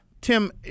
Tim